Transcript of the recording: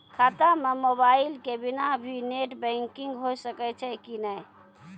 खाता म मोबाइल के बिना भी नेट बैंकिग होय सकैय छै कि नै?